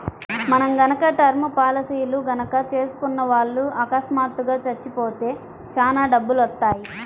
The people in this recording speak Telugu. మనం గనక టర్మ్ పాలసీలు గనక చేసుకున్న వాళ్ళు అకస్మాత్తుగా చచ్చిపోతే చానా డబ్బులొత్తయ్యి